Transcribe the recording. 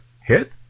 hit